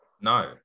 No